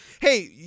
hey